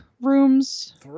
rooms